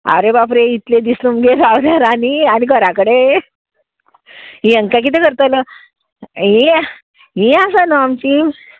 आरे बाप रे इतले दीस तुमगेर रावल्यार आनी आनी घरा कडे हांकां कितें करतलो हीं हीं आसा न्हू आमची